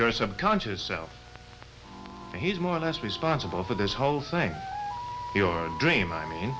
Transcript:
your subconscious self he's more or less responsible for this whole thing your dream i mean